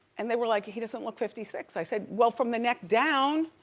and they were like he doesn't look fifty six. i said, well from the neck down.